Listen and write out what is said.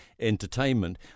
entertainment